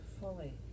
fully